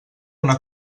una